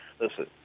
Listen